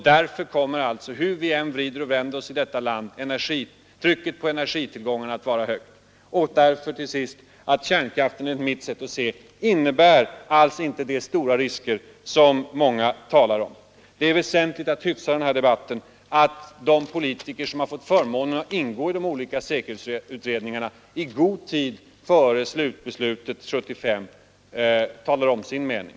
Därför kommer, hur vi än vrider och vänder oss i detta land, trycket på energitillgångarna att vara högt. Kärnkraften innebär alls inte de stora risker som många talar om. Det är väsentligt att hyfsa den här debatten och att de politiker som har fått förmånen att ingå i de olika säkerhetsutredningarna i god tid före det slutliga beslutet 1975 talar om sin mening.